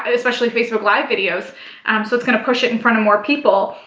especially facebook live videos. and um so it's gonna push it in front of more people.